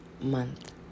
month